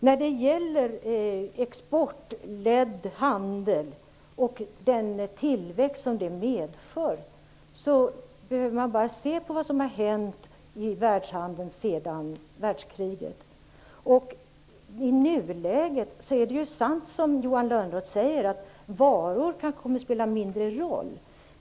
När det gäller exportledd handel och den tillväxt som den medför behöver man bara se på vad som har hänt i världshandeln sedan världskriget. I nuläget är det sant som Johan Lönnroth säger, att varor kanske kommer att spela mindre roll.